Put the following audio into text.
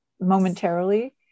momentarily